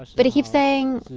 but he keeps saying,